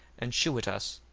and shew it us,